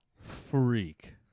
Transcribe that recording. freak